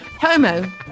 Homo